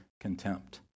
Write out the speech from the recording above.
contempt